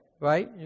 right